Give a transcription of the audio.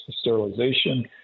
sterilization